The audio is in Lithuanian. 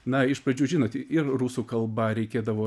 na iš pradžių žinot ir rusų kalba reikėdavo